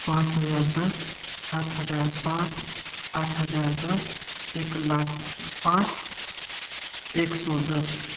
पाँच हजार दस सात हजार पाँच आठ हजार दस एक लाख पाँच एक सौ दस